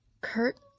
Kurt